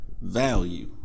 value